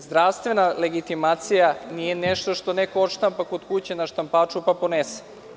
Zdravstvena legitimacija nije nešto što neko odštampa kod kuće na štampaču pa ponese.